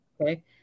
Okay